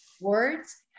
words